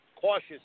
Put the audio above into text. cautious